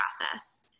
process